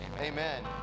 Amen